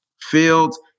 Fields